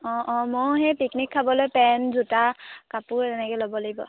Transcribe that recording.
অঁ অঁ মই সেই পিকনিক খাবলৈ পেণ্ট জোতা কাপোৰ এনেকৈ ল'ব লাগিব